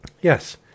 Yes